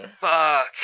Fuck